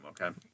Okay